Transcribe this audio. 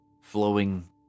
flowing